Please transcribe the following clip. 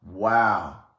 Wow